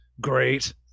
great